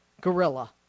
gorilla